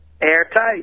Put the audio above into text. Airtight